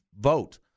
vote